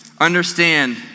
understand